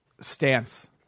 stance